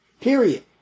Period